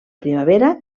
primavera